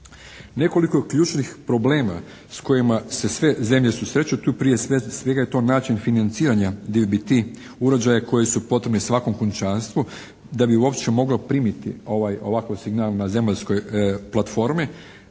Nekoliko ključnih problema s kojima se sve zemlje susreću. Tu prije svega je to način financiranja gdje bi ti uređaji koji su potrebni svakom kućanstvu da bi uopće moglo primiti ovakav signal na zemaljskoj platformi.